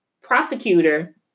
prosecutor